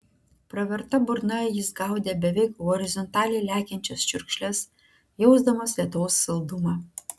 praverta burna jis gaudė beveik horizontaliai lekiančias čiurkšles jausdamas lietaus saldumą